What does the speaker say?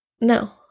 no